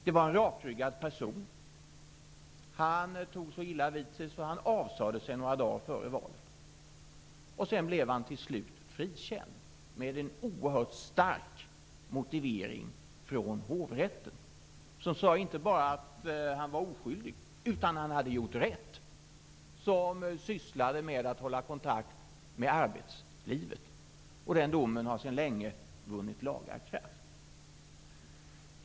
Det gällde en rakryggad person, som tog så illa vid sig att han avsade sig sin plats några dagar före valet. Sedan blev han till slut frikänd med en oerhört stark motivering från Hovrätten. Man sade att han inte bara var oskyldig; han hade dessutom gjort rätt som höll kontakt med arbetslivet. Domen har sedan länge vunnit laga kraft.